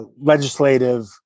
Legislative